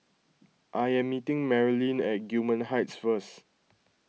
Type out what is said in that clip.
I am meeting Marilyn at Gillman Heights first